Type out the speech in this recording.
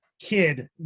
Kid